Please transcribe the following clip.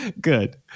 Good